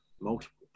multiple